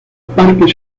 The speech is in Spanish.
parque